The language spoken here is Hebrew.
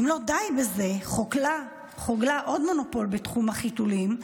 אם לא די בזה, חוגלה, עוד מונופול בתחום החיתולים,